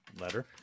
letter